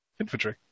Infantry